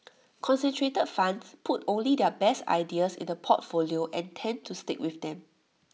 concentrated funds put only their best ideas into the portfolio and tend to stick with them